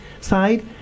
side